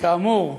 כאמור,